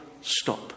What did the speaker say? stop